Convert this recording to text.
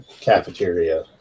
cafeteria